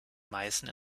meißen